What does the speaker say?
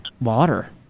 water